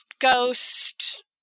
ghost